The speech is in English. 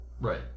right